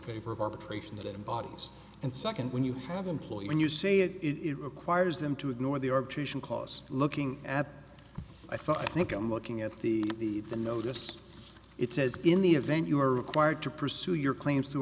favor of arbitration the dead bodies and second when you have employed when you say it it requires them to ignore the arbitration clause looking at i thought i think i'm looking at the the notice it says in the event you are required to pursue your claims t